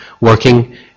working